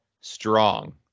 strong